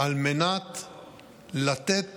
לתת